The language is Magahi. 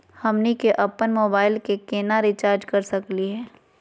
हमनी के अपन मोबाइल के केना रिचार्ज कर सकली हे?